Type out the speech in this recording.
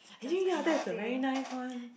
ya ya ya that's a very nice one